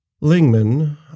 Lingman